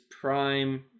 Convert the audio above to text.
prime